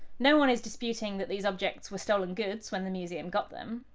no-one is disputing that these objects were stolen goods when the museum got them.